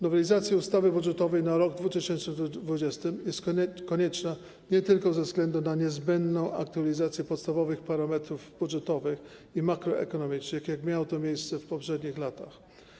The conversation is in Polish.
Nowelizacja ustawy budżetowej na rok 2020 jest konieczna nie tylko ze względu na niezbędną aktualizację podstawowych parametrów budżetowych i makroekonomicznych, jak miało to miejsce w poprzednich latach.